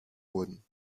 wurden